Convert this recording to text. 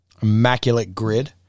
Immaculategrid